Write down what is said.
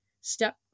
step